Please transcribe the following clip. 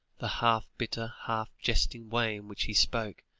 the half-bitter, half-jesting way in which he spoke,